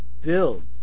builds